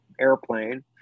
airplane